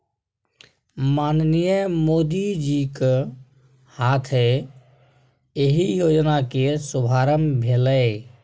माननीय मोदीजीक हाथे एहि योजना केर शुभारंभ भेलै